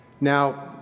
now